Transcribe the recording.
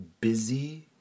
busy